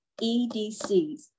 EDCs